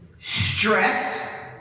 Stress